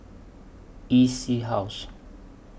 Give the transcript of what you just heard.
E C House